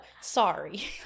sorry